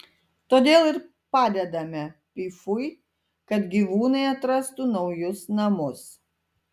todėl ir padedame pifui kad gyvūnai atrastų naujus namus